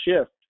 shift